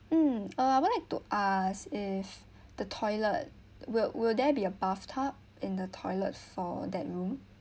mm uh what I like to ask if the toilet will will there be a bathtub in the toilet for that room